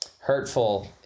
hurtful